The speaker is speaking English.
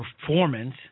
performance